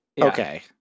Okay